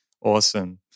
Awesome